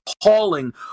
appalling